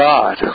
God